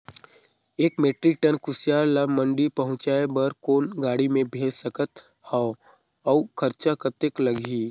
एक metric ton कुसियार ल मंडी पहुंचाय बर कौन गाड़ी मे भेज सकत हव अउ खरचा कतेक लगही?